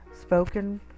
spoken